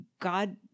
God